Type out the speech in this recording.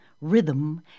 rhythm